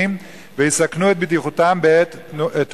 שאיננו קו